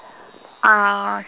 uh